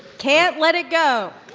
can't let it go.